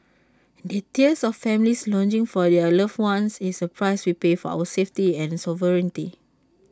the tears of families longing for their loved ones is the price we pay for our safety and sovereignty